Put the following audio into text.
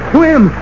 Swim